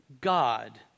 God